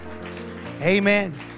Amen